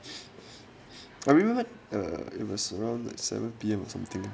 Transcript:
I remember that it was around seven P_M or something